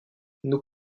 nous